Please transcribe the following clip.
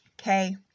okay